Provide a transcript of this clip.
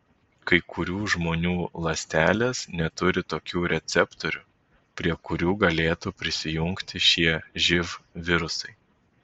kai kurių žmonių ląstelės neturi tokių receptorių prie kurių galėtų prisijungti šie živ virusai